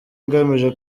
ngamije